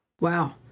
wow